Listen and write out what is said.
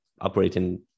operating